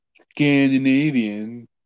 Scandinavian